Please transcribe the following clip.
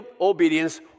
obedience